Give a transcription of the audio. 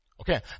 Okay